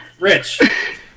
Rich